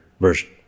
version